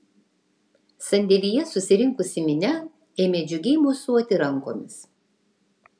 sandėlyje susirinkusi minia ėmė džiugiai mosuoti rankomis